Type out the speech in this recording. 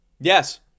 Yes